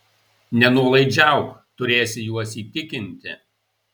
nenuolaidžiauk turėsi juos įtikinti